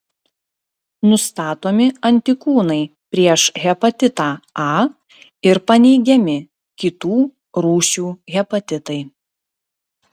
nustatomi antikūnai prieš hepatitą a ir paneigiami kitų rūšių hepatitai